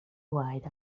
wide